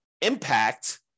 impact